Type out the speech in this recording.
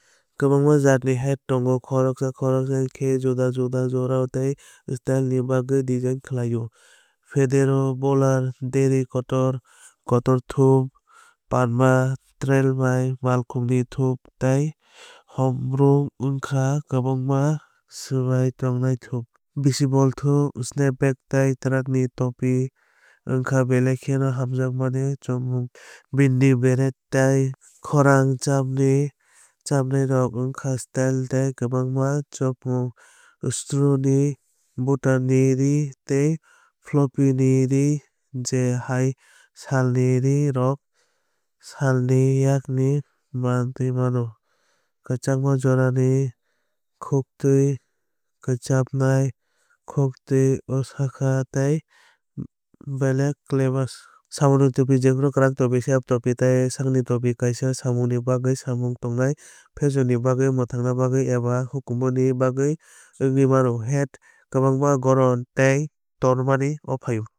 Kwbangma jat ni hat tongo khoroksa khoroksa khe juda juda jora tei styleni bagwi design khlai o. Fedora bowler derby kotor kotor thup panama trilby malkhungni thup tei homburg wngkha kwbangma swmai tangnai thup. Beisbol topi snapback tei truck ni topi wngkha belai kheno hamjakmani chongmung. Beanie beret tei khorang chapnai rok wngkha style tei kwchangma chongmung. Straw ni boater ni rí tei floppy ni rí je hai salni rí rok salni yakni mantwui mano. Kwchangma jorani khuktwi khukchapnai khuktwi ushanka tei balaclavas. Samungni topi jephru kwrak topi chef topi tei sengkrakni topi kaisa samungni bagwi samung tangnai. Fashion ni bagwi mwthangna bagwi eba hukumu ni bagwi wngwi mano. Hat kwbangma goron tei tormani o phaio.